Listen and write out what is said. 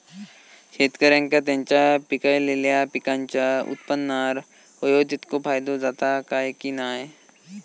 शेतकऱ्यांका त्यांचा पिकयलेल्या पीकांच्या उत्पन्नार होयो तितको फायदो जाता काय की नाय?